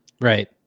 Right